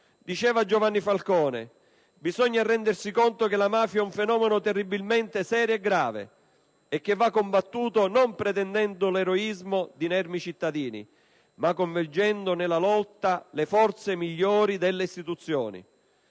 Diceva Giovanni Falcone: bisogna rendersi conto che la mafia è un fenomeno terribilmente serio e grave, che va combattuto non pretendendo l'eroismo di inermi cittadini, ma convergendo nella lotta le forze migliori delle istituzioni.